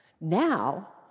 Now